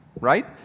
right